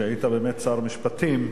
שהיית שר המשפטים,